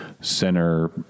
center